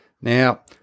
Now